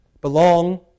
Belong